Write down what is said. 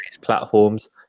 platforms